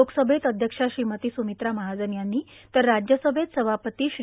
लोकसभेत अध्यक्षा श्रीमती सुमित्रा महाजन यांनी तर राज्यसभेत सभापती श्री